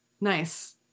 Nice